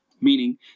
meaning